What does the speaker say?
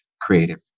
creative